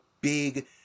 big